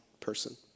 person